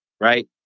right